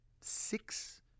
six